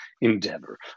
endeavor